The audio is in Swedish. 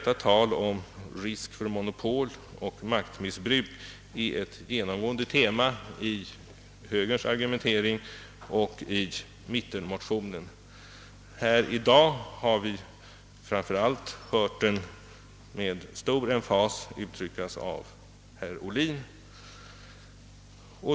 Talet om risk för monopol och maktmissbruk är ett genomgående tema i högerns argumentering och i mittpartimotionen. I dag har vi framför allt hört detta uttryckas med stor emfas av herr Ohlin.